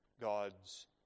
God's